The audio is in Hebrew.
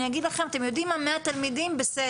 אני אגיד לך אתם יודעים מה 100 תלמידים בסדר,